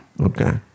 Okay